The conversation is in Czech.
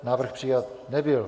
Návrh přijat nebyl.